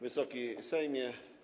Wysoki Sejmie!